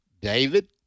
David